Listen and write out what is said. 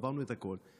ועברנו את הכול.